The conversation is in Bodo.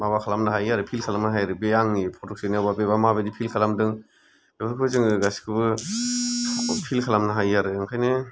माबा खालामनो हायो आरो फिल खालामनो हायो बे आंनि फटक सोनायावबा बेबा मा बायदि फिल खालामदों बेफोरखौ जोङो गासिखौबो फिल खालामनो हायो आरो ओंखायनो